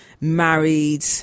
married